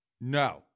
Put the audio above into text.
No